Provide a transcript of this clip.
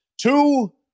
two